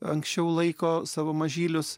anksčiau laiko savo mažylius